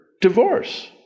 divorce